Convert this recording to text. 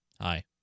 Hi